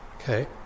okay